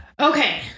Okay